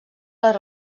les